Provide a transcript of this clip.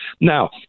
Now